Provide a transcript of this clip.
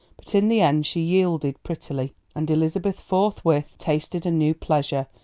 but in the end she yielded prettily, and elizabeth forthwith tasted a new pleasure,